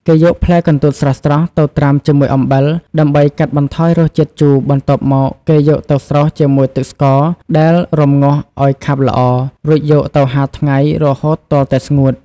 គេយកផ្លែកន្ទួតស្រស់ៗទៅត្រាំជាមួយអំបិល ដើម្បីកាត់បន្ថយរសជាតិជូរបន្ទាប់មក គេយកទៅស្រុះជាមួយទឹកស្ករដែលរំងាស់ឲ្យខាប់ល្អ រួចយកទៅហាលថ្ងៃរហូតទាល់តែស្ងួត។